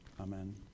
amen